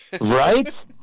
Right